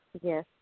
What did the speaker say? Yes